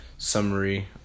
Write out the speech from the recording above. Summary